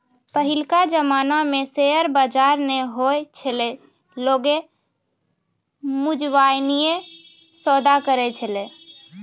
पहिलका जमाना मे शेयर बजार नै होय छलै लोगें मुजबानीये सौदा करै छलै